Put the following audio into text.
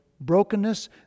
brokenness